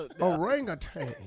orangutan